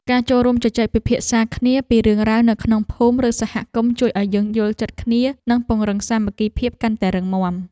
ការចូលរួមជជែកពិភាក្សាគ្នាពីរឿងរ៉ាវនៅក្នុងភូមិឬសហគមន៍ជួយឱ្យយើងយល់ចិត្តគ្នា និងពង្រឹងសាមគ្គីភាពកាន់តែរឹងមាំ។